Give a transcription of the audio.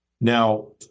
Now